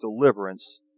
deliverance